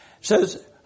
says